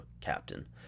captain